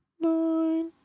nine